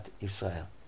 Israel